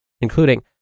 including